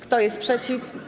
Kto jest przeciw?